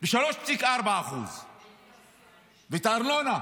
ב-3.4% ואת הארנונה